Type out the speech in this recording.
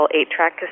eight-track